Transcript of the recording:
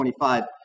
25